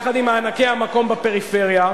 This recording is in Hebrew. יחד עם מענקי המקום בפריפריה,